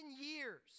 years